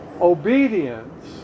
obedience